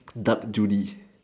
dark judies